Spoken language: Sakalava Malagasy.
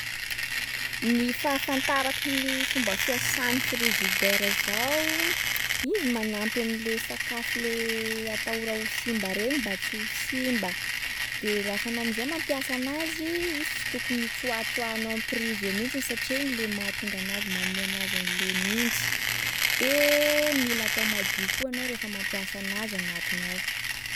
Gny fahafantarako gny fomba fiasan’ny frigidaire zao izy manampy am’le sakafo le atahora ho simba regny mba tsy ho simba. De lafa anao am’zay mampiasa anazy, izy tsy tokony tsoatsoahanao am'prizy io mihitsy izy satri iny le mahatonga anazy- manome anazy an’le nintsy. De mila atao madio koa anao rehefa mampiasa anazy agnatiny ao.